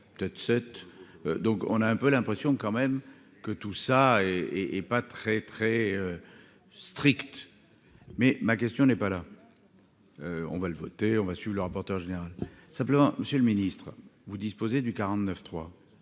écrire 5, 7, donc on a un peu l'impression quand même que tout ça est et pas très très stricte, mais ma question n'est pas là, on va le voter, on va suivre le rapporteur général simplement Monsieur le Ministre, vous disposez du 49 3